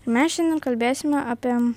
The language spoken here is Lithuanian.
mes šiandien kalbėsime apie